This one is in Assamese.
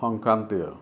সংক্ৰান্তীয়